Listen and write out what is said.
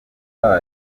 ingo